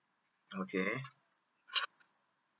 okay